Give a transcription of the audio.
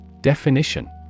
Definition